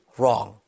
wrong